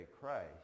Christ